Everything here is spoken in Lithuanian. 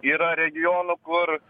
yra regionų kur